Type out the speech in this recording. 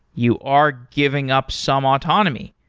you are giving up some autonomy.